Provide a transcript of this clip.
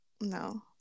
No